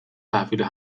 تحویل